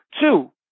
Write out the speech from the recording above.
Two